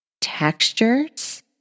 textures